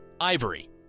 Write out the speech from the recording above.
ivory